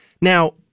Now